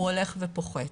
הוא הולך ופוחת.